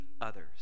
others